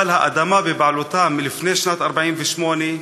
אבל האדמה בבעלותם מלפני שנת 1948,